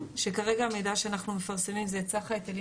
שכרגע המידע שאנחנו מפרסמים זה את סך ההיטלים